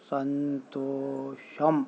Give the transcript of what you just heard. సంతోషం